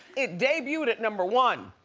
it debuted at number one.